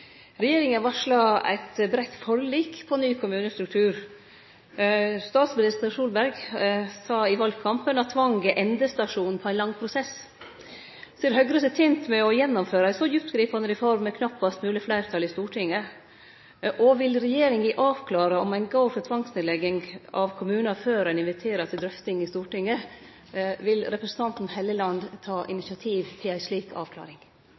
Regjeringa varslar eit breitt forlik om ny kommunestruktur. Statsminister Solberg sa i valkampen at tvang er endestasjonen på ein lang prosess. Ser Høgre seg tent med å gjennomføre ei så djuptgripande reform med knappast mogleg fleirtal i Stortinget, og vil regjeringa avklare om ein går inn for tvangsnedlegging av kommunar før ein inviterer til drøfting i Stortinget? Vil representanten Helleland ta initiativ til ei slik avklaring?